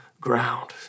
ground